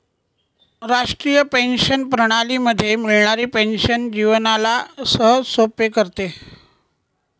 राष्ट्रीय पेंशन प्रणाली मध्ये मिळणारी पेन्शन जीवनाला सहजसोपे करते